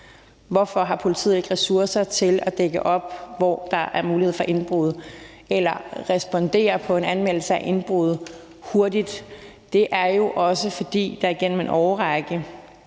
Hvorfor har politiet ikke ressourcer til at dække op, hvor der er mulighed for indbrud, eller til at respondere hurtigt på en anmeldelse af et indbrud? Det er jo også, fordi der igennem en årrække